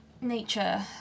nature